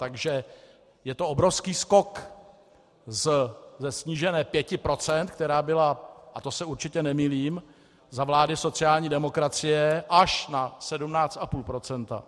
Takže je to obrovský skok ze snížené 5 %, která byla, a to se určitě nemýlím, za vlády sociální demokracie, až na 17,5 %.